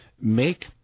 make